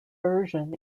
version